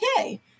okay